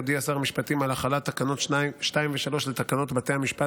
הודיע שר המשפטים על החלת תקנות 2 ו-3 לתקנות בתי המשפט